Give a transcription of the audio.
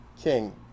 king